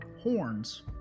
horns